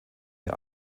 ihr